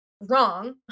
wrong